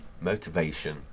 Motivation